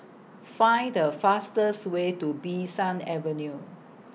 Find The fastest Way to Bee San Avenue